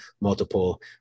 multiple